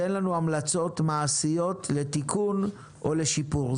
תן לנו המלצות מעשיות לתיקון או לשיפור,